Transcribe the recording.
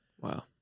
Wow